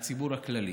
מהציבור הכללי.